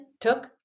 Took